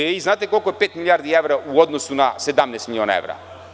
Da li znate koliko je 5 milijardi evra u odnosu na 17 miliona evra?